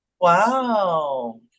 wow